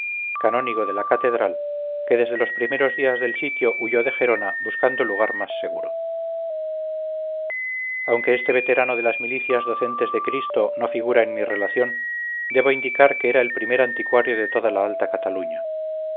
canónigo de la catedral que desde los primeros días del sitio huyó de gerona buscando lugar más seguro aunque este veterano de las milicias docentes de cristo no figura en mi relación debo indicar que era el primer anticuario de toda la alta cataluña